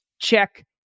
check